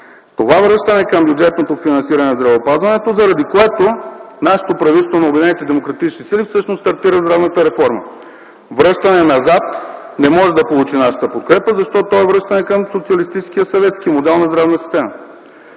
Това връщане към бюджетното финансиране в здравеопазването, заради което нашето правителство, на Обединените демократични сили, всъщност стартира здравната реформа. Връщане назад не може да получи нашата подкрепа, защото то е връщане към социалистическия съветски модел на здравна система.